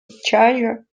charger